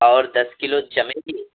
اور دس کلو چنبیلی